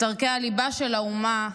את ערכי הליבה של האומה,